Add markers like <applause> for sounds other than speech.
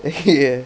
<noise> ya